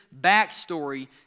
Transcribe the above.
backstory